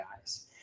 guys